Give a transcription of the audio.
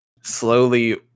slowly